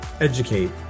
educate